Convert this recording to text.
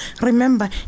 remember